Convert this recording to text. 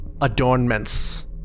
adornments